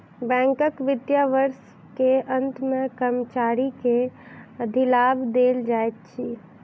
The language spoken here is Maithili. बैंकक वित्तीय वर्ष के अंत मे कर्मचारी के अधिलाभ देल जाइत अछि